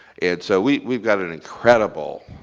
and so we've we've got an incredible,